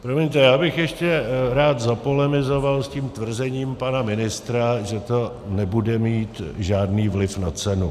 Promiňte, já bych ještě rád zapolemizoval s tvrzením pana ministra, že to nebude mít žádný vliv na cenu.